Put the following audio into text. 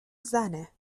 زنه